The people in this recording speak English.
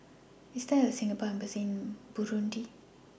IS There A Singapore Embassy in Burundi